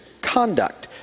conduct